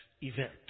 event